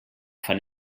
fan